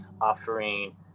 offering